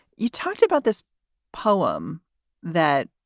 you talked about this poem that